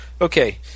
okay